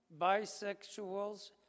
bisexuals